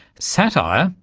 satire,